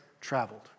traveled